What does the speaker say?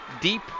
deep